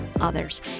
others